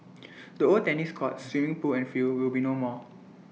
the old tennis courts swimming pool and field will be no more